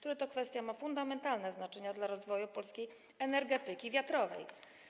Ta kwestia ma fundamentalne znaczenie dla rozwoju polskiej energetyki wiatrowej.